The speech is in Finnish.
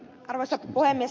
arvoisa puhemies